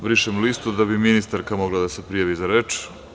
Obrisaću listu, da bi ministarka mogla da se prijavi za reč.